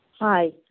Hi